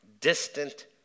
distant